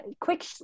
quick